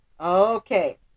okay